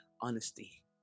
honesty